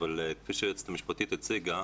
אבל כפי שהיועצת המשפטית הציגה,